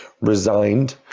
resigned